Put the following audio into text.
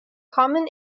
common